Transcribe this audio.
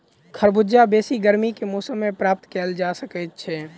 खरबूजा बेसी गर्मी के मौसम मे प्राप्त कयल जा सकैत छै